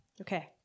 Okay